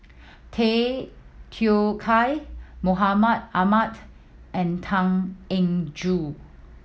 Tay Teow Kiat Mahmud Ahmad and Tan Eng Joo